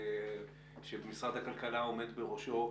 שמשרד הכלכלה עומד בראשו,